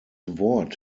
wort